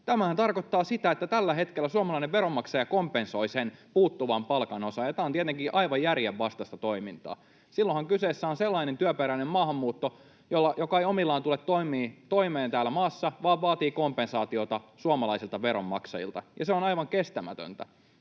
Tämähän tarkoittaa sitä, että tällä hetkellä suomalainen veronmaksaja kompensoi sen puuttuvan palkanosan, ja tämä on tietenkin aivan järjenvastaista toimintaa. Silloinhan kyseessä on sellainen työperäinen maahanmuutto, jossa ei omillaan tulla toimeen tässä maassa vaan vaaditaan kompensaatiota suomalaisilta veronmaksajilta, ja se on aivan kestämätöntä.